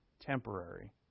temporary